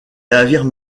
navires